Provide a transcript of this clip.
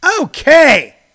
Okay